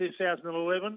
2011